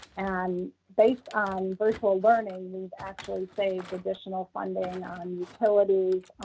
and based on virtual learning, we've actually saved additional funding on utilities,